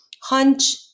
hunch